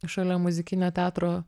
šalia muzikinio teatro